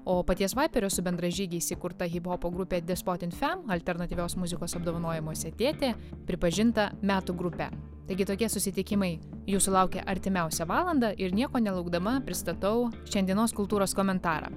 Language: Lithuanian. o paties vaiperio su bendražygiais įkurta hiphopo grupė dispotinfem alternatyvios muzikos apdovanojimuose tėtė pripažinta metų grupe taigi tokie susitikimai jūsų laukia artimiausią valandą ir nieko nelaukdama pristatau šiandienos kultūros komentarą